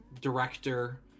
director